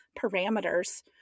parameters